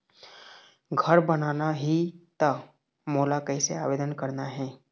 घर बनाना ही त मोला कैसे आवेदन करना हे?